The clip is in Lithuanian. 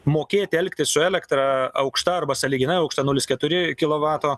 mokėti elgtis su elektra aukšta arba sąlyginai aukšta nulis keturi kilovato